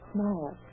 Smile